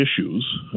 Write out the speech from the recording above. issues